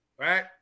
Right